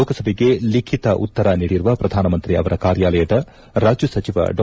ಲೋಕಸಭೆಗೆ ಲಿಖಿತ ಉತ್ತರ ನೀಡಿರುವ ಪ್ರಧಾನಮಂತ್ರಿ ಅವರ ಕಾರ್ಯಾಲಯದ ರಾಜ್ಯ ಸಚಿವ ಡಾ